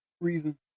reason